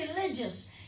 religious